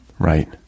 Right